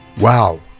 wow